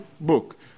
book